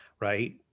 right